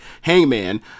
hangman